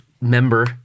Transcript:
Member